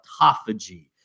autophagy